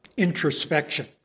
Introspection